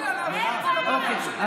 אוקיי.